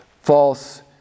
false